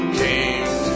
came